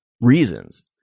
reasons